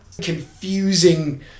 confusing